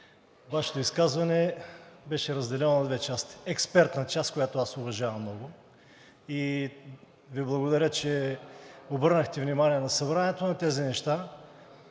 Вашето изказване беше разделено на две части. Експертна част, която аз уважавам много и Ви благодаря, че обърнахте внимание на Народното събрание на тези неща,